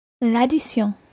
L'addition